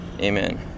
Amen